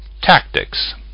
Tactics